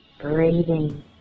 Breathing